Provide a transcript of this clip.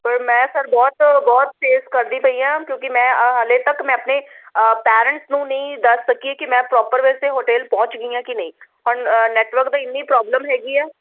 sir ਮੈਂ sir ਬਹੁਤ ਬਹੁਤ ਤੇਜ਼ ਕਰਦੀ ਪਈ ਆ ਕਿਉਂਕਿ ਮੈਂ ਹਾਲੇ ਤੱਕ ਮੈਂ ਆਪਣੇ ਪੇਰੈਂਟਸ ਨੂੰ ਨਹੀਂ ਦੱਸ ਸਕੀ ਏ ਕਿ ਮੈਂ ਪ੍ਰੋਪਰ ਵੈਸੇ ਹੋਟਲ ਪਹੁੰਚ ਗਈ ਆ ਕਿ ਨਹੀਂ ਹੁਣ ਨੈਟਵਰਕ ਤਾਂ ਇੰਨੀ ਪ੍ਰੋਬਲਮ ਹੈਗੀ ਆ